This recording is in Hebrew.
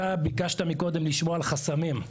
אתה ביקשת מקודם לשמוע על חסמים,